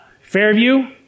Fairview